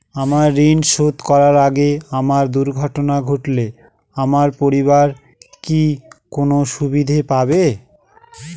আমার ঋণ শোধ করার আগে আমার দুর্ঘটনা ঘটলে আমার পরিবার কি কোনো সুবিধে পাবে?